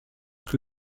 que